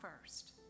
first